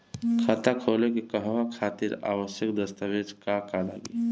खाता खोले के कहवा खातिर आवश्यक दस्तावेज का का लगी?